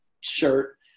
shirt